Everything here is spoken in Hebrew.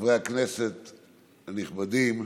חברי הכנסת הנכבדים,